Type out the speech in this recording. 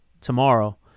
tomorrow